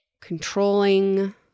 controlling